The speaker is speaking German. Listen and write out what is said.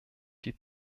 die